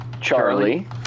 Charlie